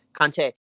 Conte